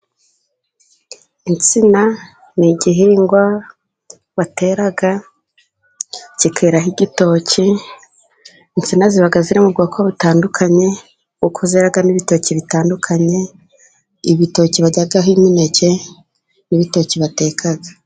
Insina ni igihingwa batera kikeraho igitoki, insina ziba ziri mu bwoko butandukanye kuko zeraho n'ibitoki bitandukanye: ibitoki baryaho imineke n'ibitoki bateka.